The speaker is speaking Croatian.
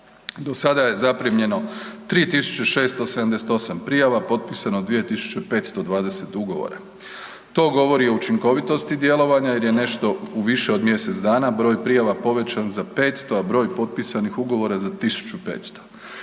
Do sada je zaprimljeno 3678 prijava, potpisano 2520 ugovora. To govori o učinkovitosti djelovanja jer je nešto u više od mjesec dana broj prijava povećan za 500, a broj potpisanih ugovora za 1500